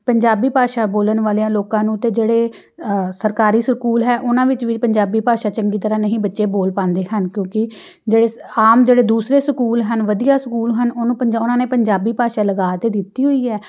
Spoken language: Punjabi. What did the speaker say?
ਪੰਜਾਬੀ ਭਾਸ਼ਾ ਬੋਲਣ ਵਾਲਿਆਂ ਲੋਕਾਂ ਨੂੰ ਤੇ ਜਿਹੜੇ ਸਰਕਾਰੀ ਸਕੂਲ ਹੈ ਉਹਨਾਂ ਵਿੱਚ ਵੀ ਪੰਜਾਬੀ ਭਾਸ਼ਾ ਚੰਗੀ ਤਰ੍ਹਾਂ ਨਹੀਂ ਬੱਚੇ ਬੋਲ ਪਾਉਂਦੇ ਹਨ ਕਿਉਂਕਿ ਜਿਹੜੇ ਆਮ ਜਿਹੜੇ ਦੂਸਰੇ ਸਕੂਲ ਹਨ ਵਧੀਆ ਸਕੂਲ ਹਨ ਉਹਨੂੰ ਪੰਜਾ ਉਹਨਾਂ ਨੇ ਪੰਜਾਬੀ ਭਾਸ਼ਾ ਲਗਾ ਤਾਂ ਦਿੱਤੀ ਹੋਈ ਹੈ